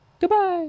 goodbye